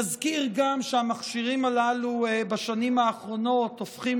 נזכיר גם שהמכשירים הללו בשנים האחרונות הופכים